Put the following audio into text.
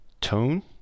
tone